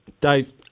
Dave